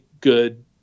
good